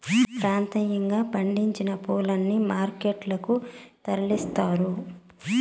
ప్రాంతీయంగా పండించిన పూలని మార్కెట్ లకు తరలిస్తారు